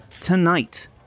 tonight